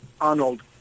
Arnold